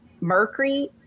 mercury